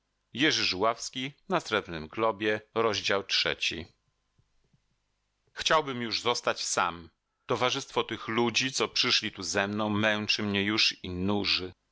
umrzeć albo bo ja wiem sam co chciałbym już zostać sam towarzystwo tych ludzi co przyszli tu ze mną męczy mnie już i nuży